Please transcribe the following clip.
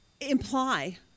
imply